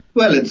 well,